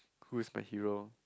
who is my hero